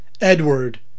Edward